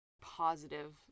positive